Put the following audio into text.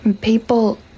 People